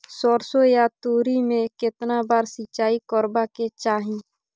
सरसो या तोरी में केतना बार सिंचाई करबा के चाही?